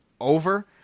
over